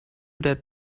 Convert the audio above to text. that